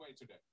today